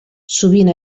sovint